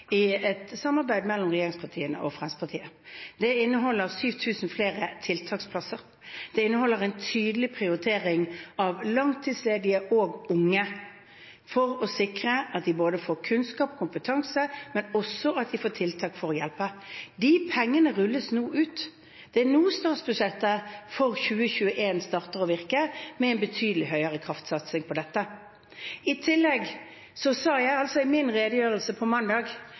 i et samarbeid mellom regjeringspartiene og Fremskrittspartiet. Det inneholder 7 000 flere tiltaksplasser, det inneholder en tydelig prioritering av langtidsledige og unge for å sikre at de får kunnskap og kompetanse, men også at de får tiltak for å hjelpe. De pengene rulles nå ut. Det er nå statsbudsjettet for 2021 starter å virke, med en betydelig høyere kraftsatsing på dette. I tillegg sa jeg i min redegjørelse på mandag